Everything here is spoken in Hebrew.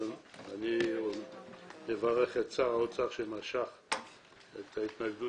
אני מברך את שר האוצר שמשך את ההתנגדות